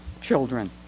children